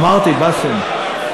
אמרתי, באסם.